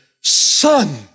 Son